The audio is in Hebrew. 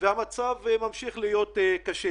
אני מדבר על מצב שאני רוצה להחליט החלטות קשות מה להוציא בכל